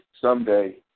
someday